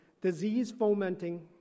disease-fomenting